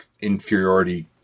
inferiority